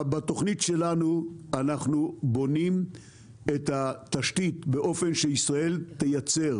בתוכנית שלנו אנחנו בונים את התשתית באופן שישראל תייצר